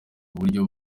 uburyo